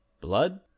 Blood